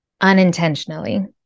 unintentionally